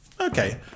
Okay